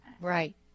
Right